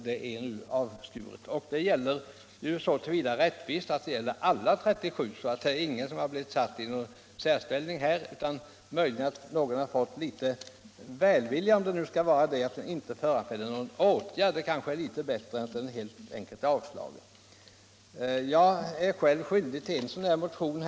Såtillvida kan man säga att det föreligger rättvisa som alla 37 motionerna behandlas på samma sätt, möjligen alltså med det undantaget att sju motioner behandlats något välvilligare, om det nu kan sägas vara fallet då det föreslås att en motion inte skall föranleda någon åtgärd. Jag är själv ”skyldig” till en av dessa motioner.